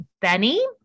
Benny